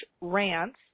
rants